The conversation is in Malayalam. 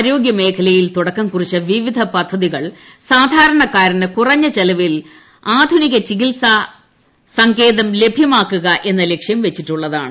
ആരോഗ്യമേഖലയിൽ തുടക്കം കുറിച്ചു വിവിധ ഗവൺമെൻ് പദ്ധതികൾ സാധാരണക്കാരന് കുറഞ്ഞ ചെലവിൽ ആധുനിക ചികിത്സാ സങ്കേതം ലഭ്യമാക്കുക എന്ന ലക്ഷ്യം വച്ചിട്ടുള്ളതാണ്